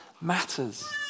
matters